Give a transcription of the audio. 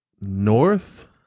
north